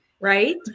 Right